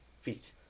Feet